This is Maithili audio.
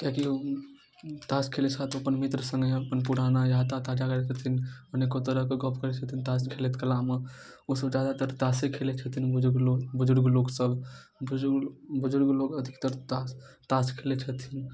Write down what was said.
किआकी ओ तास खेलै साथ ओ अपन मित्र सङ्गे अपन पुराना याद ताजा करैत छथिन अनेको तरहके गप करैत छथिन तास खेलैत कला मऽ ओसब जादातर तासे खेलैत छथिन बुजुर्ग लोग बुजुर्ग लोग सब बुजुर्ग बुजुर्ग लोग अधिकतर तास तास खेलैत छथिन